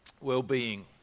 well-being